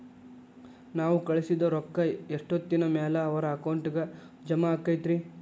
ನಾವು ಕಳಿಸಿದ್ ರೊಕ್ಕ ಎಷ್ಟೋತ್ತಿನ ಮ್ಯಾಲೆ ಅವರ ಅಕೌಂಟಗ್ ಜಮಾ ಆಕ್ಕೈತ್ರಿ?